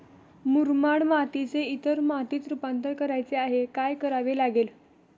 मुरमाड मातीचे इतर मातीत रुपांतर करायचे आहे, काय करावे लागेल?